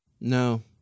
no